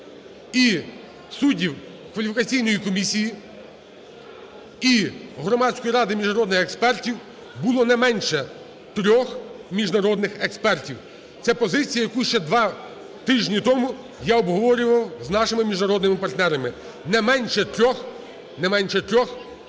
і суддів кваліфікаційної комісії, і Громадської ради міжнародних експертів було не менше трьох міжнародних експертів. Це позиція, яку ще два тижні тому я обговорював з нашими міжнародними партнерами – не менше трьох,